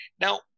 Now